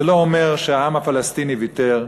זה לא אומר שהעם הפלסטיני ויתר,